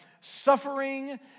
suffering